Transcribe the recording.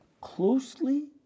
closely